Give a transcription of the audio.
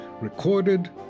recorded